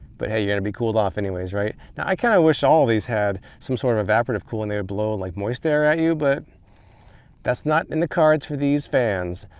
but hey you're going to be cooled off anyway, right? now i kind of wish all of these had some sort of evaporative cooling, they'd blow like moist air at you, but that's not in the cards for these fans.